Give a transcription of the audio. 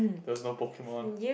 there's no Pokemon